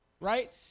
right